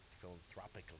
philanthropically